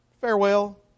farewell